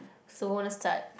so let's start